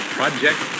project